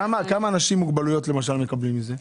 כמה אנשים עם מוגבלויות מקבלים מזה?